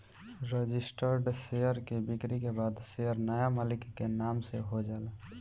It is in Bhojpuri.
रजिस्टर्ड शेयर के बिक्री के बाद शेयर नाया मालिक के नाम से हो जाला